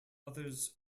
others